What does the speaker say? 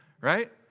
right